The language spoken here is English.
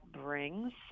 brings